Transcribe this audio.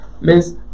miss